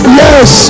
yes